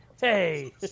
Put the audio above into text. Hey